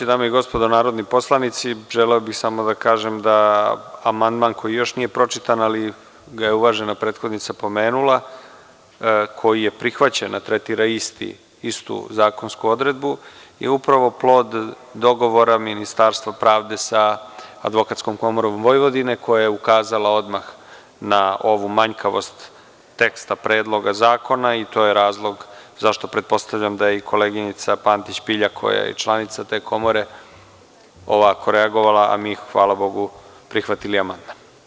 Dame i gospodo narodni poslanici, želeo bih samo da kažem da amandman koji još nije pročitan ali ga je uvažena prethodnica pomenula, koji je prihvaćen, a tretira istu zakonsku odredbu, je upravo plod dogovora Ministarstva pravde sa Advokatskom komorom Vojvodine koja je ukazala odmah na ovu manjkavost teksta Predloga zakona i to je razlog zašto pretpostavljam da je i koleginica Pantić Pilja, koje je i članica te komore, ovako reagovala, a mi, hvala bogu, prihvatili amandman.